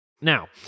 Now